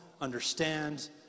understand